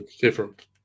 different